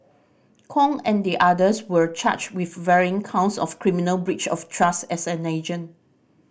Kong and the others were charged with varying counts of criminal breach of trust as an agent